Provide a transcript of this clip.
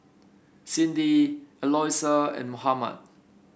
Cindi Eloisa and Mohammad